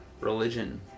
religion